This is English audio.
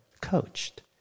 coached